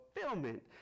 fulfillment